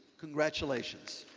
congratulations.